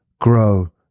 grow